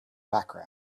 background